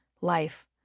life